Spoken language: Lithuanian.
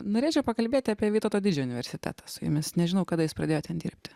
norėčiau pakalbėti apie vytauto didžiojo universitetą su jumis nežinau kada jūs pradėjot ten dirbti